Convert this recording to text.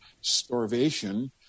starvation